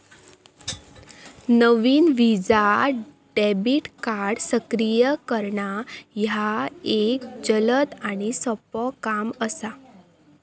नवीन Visa debit card सक्रिय करणा ह्या एक जलद आणि सोपो काम असा